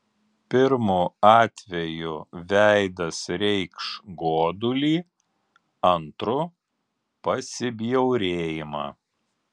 pirmu atveju veidas reikš godulį antru pasibjaurėjimą